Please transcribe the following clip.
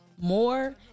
more